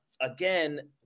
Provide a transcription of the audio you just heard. Again